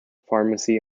pharmacy